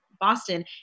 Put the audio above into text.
Boston